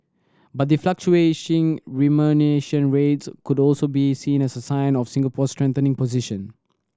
but the fluctuation remuneration rates could also be seen as a sign of Singapore's strengthening position